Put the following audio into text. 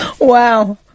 wow